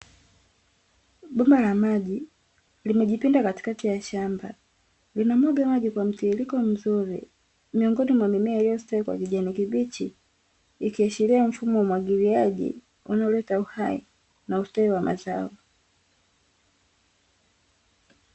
Bomba la maji limejipinda katikati ya shamba linamwaga maji kwa mtiririko mzuri. Miongoni mwa mimea iliyostawi kwa kijani kibichi ikiashiria mfumo wa umwagiliaji unaoleta uhai na ustawi wa mazao.